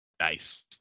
Nice